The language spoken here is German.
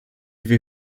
wir